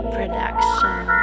Production